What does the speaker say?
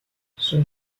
son